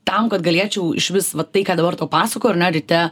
tam kad galėčiau išvis va tai ką dabar tau pasakoju ar ne ryte